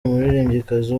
umuririmbyikazi